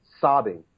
Sobbing